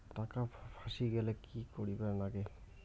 টাকা ফাঁসি গেলে কি করিবার লাগে?